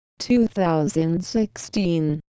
2016